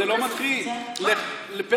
תביאו כסף.